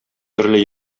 төрле